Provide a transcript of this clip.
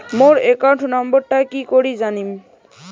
মোর account নাম্বারটা কি করি জানিম?